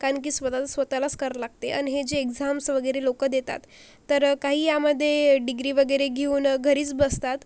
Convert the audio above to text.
कारण की स्वतःचं स्वतःलाच करावं लागते आणि हे जे एक्झाम्स वगैरे लोक देतात तर काही यामध्ये डिग्री वगैरे घेऊन घरीच बसतात